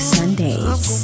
Sundays